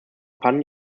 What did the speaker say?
pan